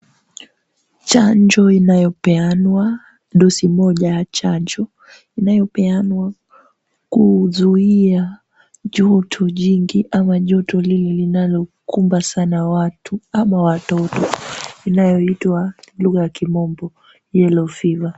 Chanjo inayopeanwa dosi moja ya chanjo inayopeanwa kuzuia joto jingi ama joto lile linalo kumba sana watu ama watoto inayoitwa lugha ya kimombo yellow fever .